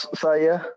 saya